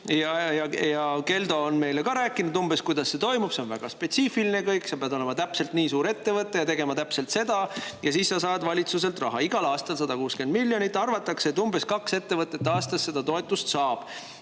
Keldo on meile ka rääkinud umbes, kuidas see toimub, see on väga spetsiifiline kõik: sa pead olema täpselt nii suur ettevõte ja tegema täpselt seda ja siis sa saad valitsuselt raha, igal aastal 160 miljonit. Arvatakse, et umbes kaks ettevõtet aastas seda toetust saab.